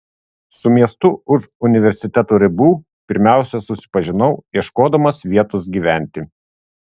su miestu už universiteto ribų pirmiausia susipažinau ieškodamas vietos gyventi